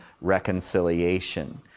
reconciliation